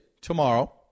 tomorrow